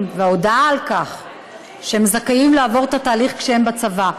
וההודעה על כך שהם זכאים לעבור את התהליך כשהם בצבא.